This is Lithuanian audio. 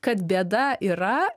kad bėda yra